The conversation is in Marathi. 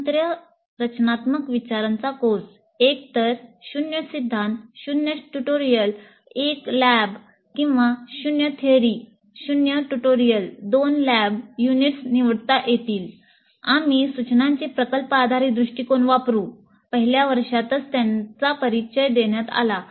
स्वतंत्र रचनात्मक विचारांचा कोर्स एकतर 0 सिद्धांत 0 ट्युटोरियल 1 लॅब किंवा 0 थियरी 0 ट्यूटोरियल 2 लॅब युनिट्स निवडता येतील आणि सूचनांचे प्रकल्प आधारित दृष्टीकोन वापरुन पहिल्या वर्षातच त्याचा परिचय देण्यात आला